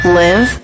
live